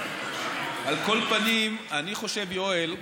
על כל פנים, אני חושב, יואל,